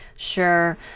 Sure